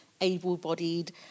able-bodied